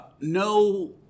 no